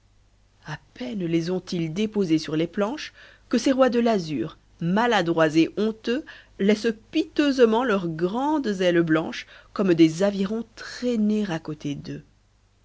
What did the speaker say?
a peine les ont-ils déposés sur les planches que ces rois de l'azur maladroits et honteux laissent piteusement leurs grandes ailes blanches comme des avirons traîner à côté d'eux